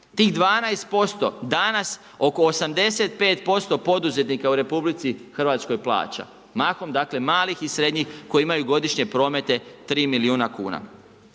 Tih 12% danas oko 85% poduzetnika u RH plaća, mahom dakle malih i srednjih koji imaju godišnje promete 3 milijuna kuna.